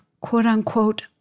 quote-unquote